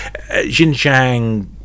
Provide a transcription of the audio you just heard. Xinjiang